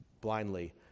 blindly